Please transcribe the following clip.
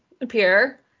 appear